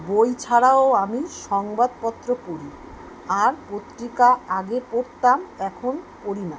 বই ছাড়াও আমি সংবাদপত্র পড়ি আর পত্রিকা আগে পড়তাম এখন পড়ি না